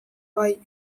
bai